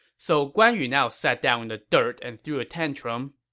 so guan yu now sat down in the dirt and threw a tantrum.